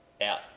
Out